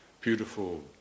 beautiful